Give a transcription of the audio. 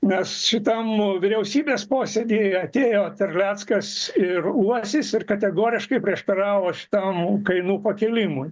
nes šitam vyriausybės posėdį atėjo terleckas ir uosis ir kategoriškai prieštaravo šitam kainų pakėlimui